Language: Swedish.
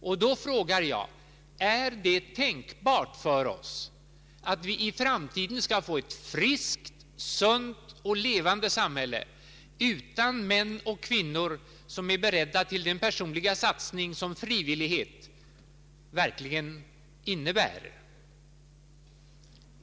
Och då frågar jag: är det tänkbart för oss att vi i framtiden skall få ett friskt, sunt och levande samhälle utan män och kvinnor som är beredda till den personliga satsning som frivillighet verkligen innebär?